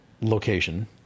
location